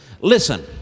Listen